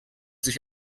sich